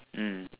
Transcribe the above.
mm